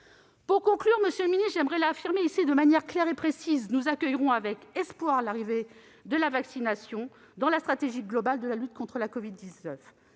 le ministre, j'aimerais affirmer ici de manière claire et précise que nous accueillons avec espoir l'arrivée de la vaccination dans la stratégie globale de lutte contre la covid-19.